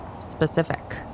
specific